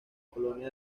colonia